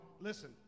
listen